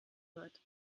wird